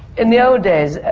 in the old days,